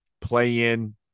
play-in